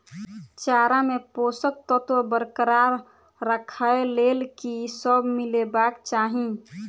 चारा मे पोसक तत्व बरकरार राखै लेल की सब मिलेबाक चाहि?